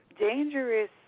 dangerous